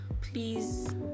please